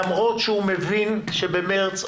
למרות שהוא מבין שבמרץ,